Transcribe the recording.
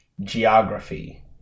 geography